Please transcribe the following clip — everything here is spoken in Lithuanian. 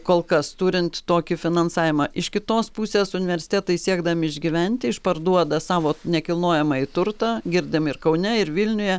kol kas turint tokį finansavimą iš kitos pusės universitetai siekdami išgyventi išparduoda savo nekilnojamąjį turtą girdim ir kaune ir vilniuje